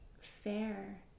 fair